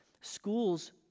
schools